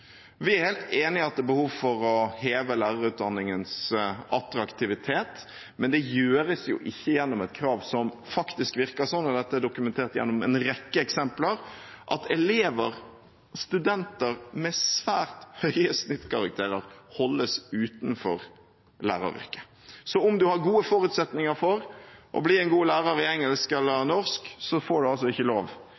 Vi er helt enig i at det er behov for å heve lærerutdanningens attraktivitet, men det gjøres jo ikke gjennom et krav som faktisk virker sånn – og dette er dokumentert gjennom en rekke eksempler – at elever og studenter med svært høye snittkarakterer holdes utenfor læreryrket. Om en har gode forutsetninger for å bli en god lærer i engelsk eller